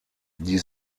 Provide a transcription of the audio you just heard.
die